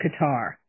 Qatar